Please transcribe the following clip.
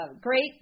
great